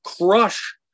crush